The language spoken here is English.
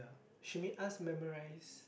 she made us memorize